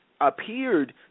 appeared